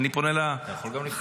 אתה יכול גם לפנות אליי.